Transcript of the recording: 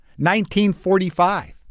1945